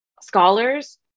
scholars